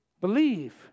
Believe